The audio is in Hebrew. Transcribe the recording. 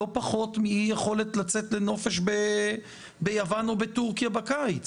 לא פחות מאי-יכולת לצאת לנופש ביוון או בתורכיה בקיץ.